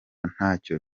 ntacyo